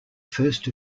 first